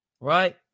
Right